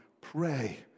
pray